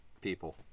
people